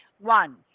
one